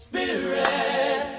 Spirit